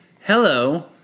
Hello